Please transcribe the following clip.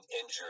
injured